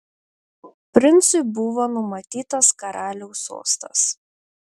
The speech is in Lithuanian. princui buvo numatytas karaliaus sostas